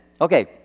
Okay